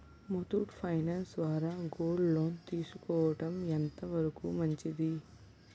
Muthoot finance ద్వారా gold loan తీసుకోవడం ఎంత వరకు మంచిది?